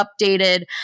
updated